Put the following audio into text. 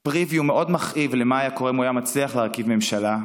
preview מאוד מכאיב למה שהיה קורה אם הוא היה מצליח להרכיב ממשלה,